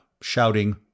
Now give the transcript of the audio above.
shouting